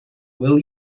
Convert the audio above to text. will